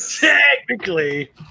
Technically